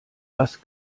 was